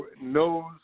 knows